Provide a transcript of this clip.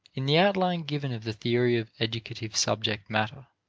in the outline given of the theory of educative subject matter,